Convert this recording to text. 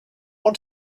want